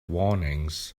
warnings